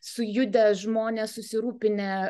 sujudę žmonės susirūpinę